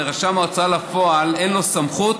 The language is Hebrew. לרשם ההוצאה לפועל אין סמכות,